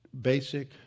basic